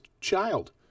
child